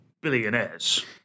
billionaires